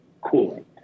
cooling